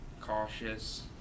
cautious